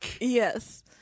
yes